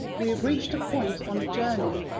we have reached a point on a journey,